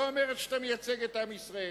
לא אומרת שאתה מייצג את עם ישראל.